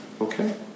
Okay